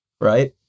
right